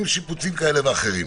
עם שיפוצים כאלה ואחרים.